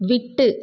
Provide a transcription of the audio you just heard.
விட்டு